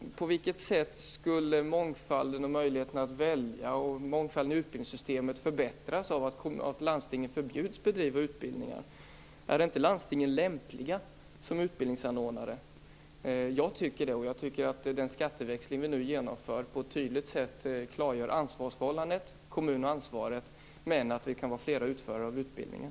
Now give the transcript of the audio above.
På vilket sätt skulle möjligheterna att välja och mångfalden i utbildningssystemet förbättras av att landstingen förbjuds bedriva utbildningen? Är inte landstingen lämpliga som utbildningsanordnare? Jag tycker det, och jag tycker att den skatteväxling som vi nu genomför på ett tydligt sätt klargör ansvarsförhållandet - kommunen har ansvaret - men att det kan vara fler som utför utbildningen.